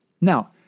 now